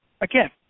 Again